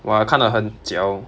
我看到很 jiao